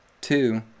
Two